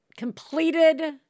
completed